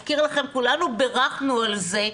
אני מזכירה לכם שכולנו ברכנו על זה,